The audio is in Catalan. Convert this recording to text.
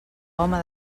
home